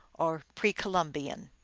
or pre-columbian.